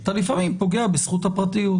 ולפעמים אתה פוגע בזכות הפרטיות.